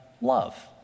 love